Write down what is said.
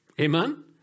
Amen